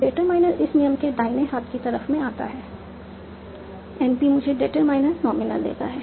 determiner इस नियम के दाहिने हाथ की तरफ में आता है NP मुझे डिटरमाइनर नॉमिनल देता है